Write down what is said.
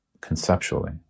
conceptually